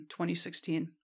2016